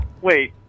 Wait